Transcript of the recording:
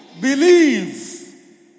Believe